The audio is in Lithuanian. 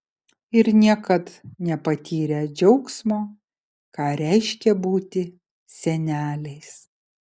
ir niekad nepatyrę džiaugsmo ką reiškia būti seneliais